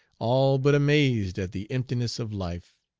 all but amazed at the emptiness of life,